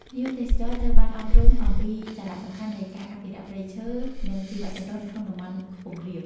ភ្ញៀវទេសចរត្រូវបានអប់រំអំពីសារៈសំខាន់នៃការ អភិរក្សព្រៃឈើ និងជីវចម្រុះនៅក្នុងតំបន់ខ្ពង់រាប។